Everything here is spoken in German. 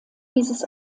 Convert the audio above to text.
dieses